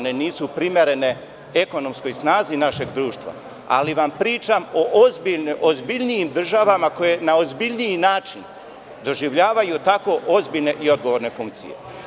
Nisu primerene ekonomskoj snazi našeg društva, ali vam pričam o ozbiljnijim državama koje na ozbiljniji način doživljavaju tako ozbiljne i odgovorne funkcije.